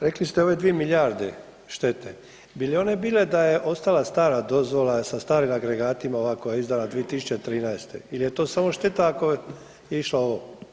Rekli ste ove dvije milijarde štete, bi li one bile da je ostala stara dozvola sa starim agregatima ova koja je izdana 2013. ili je to samo šteta ako je išlo ovo?